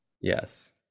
yes